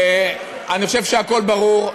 אני חושב שהכול ברור.